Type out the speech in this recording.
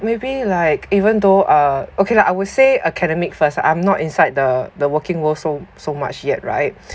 maybe like even though uh okay lah I would say academic first I'm not inside the the working world so so much yet right